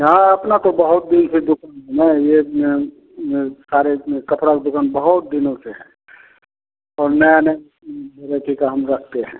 हाँ अपना तो बहुत दिन से दुकान नहीं यह सारे कपड़ा के दुकान बहुत दिनों से हैं और नया नया उसमें वेराइटी का हम रखते हैं